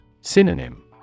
Synonym